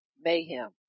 mayhem